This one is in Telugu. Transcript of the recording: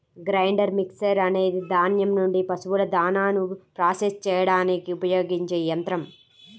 గ్రైండర్ మిక్సర్ అనేది ధాన్యం నుండి పశువుల దాణాను ప్రాసెస్ చేయడానికి ఉపయోగించే యంత్రం